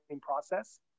process